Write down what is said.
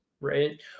Right